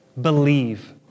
Believe